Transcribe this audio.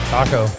Taco